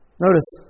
Notice